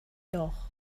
doch